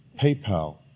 PayPal